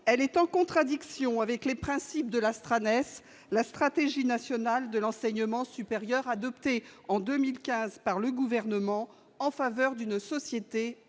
elle est en contradiction avec les principes de l'Astra naissent la stratégie nationale de l'enseignement supérieur, adopté en 2015 par le gouvernement en faveur d'une société à prenante,